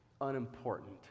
unimportant